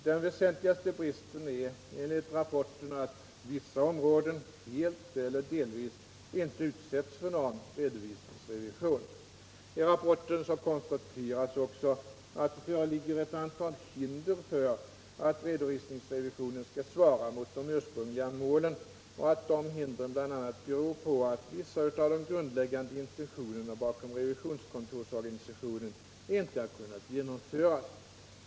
Den väsentligaste bristen är enligt rapporten att vissa områden helt eller delvis inte utsätts för någon redovisningsrevision. I rapporten konstateras också att det föreligger ett antal hinder för att redovisningsrevisionen skall svara mot de ursprungliga målen och att dessa hinder bl.a. beror på att vissa av de grundläggande intentionerna bakom revisionskontorsorganisationen inte har kunnat genomföras.